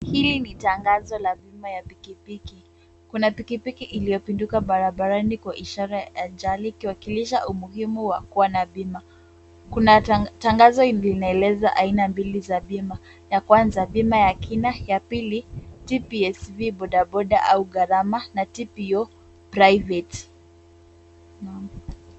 Hili ni tangazo la bima ya pikipiki. Kuna pikipiki iliyopinduka barabarani kwa ishara ya ajali ikiwakilishwa umuhimu wa kuwa na bima. Kuna tangazo linaeleza aina mbili za bima, ya kwanza bima ya kina, ya pili TPSV bodaboda au gharama na TPO private .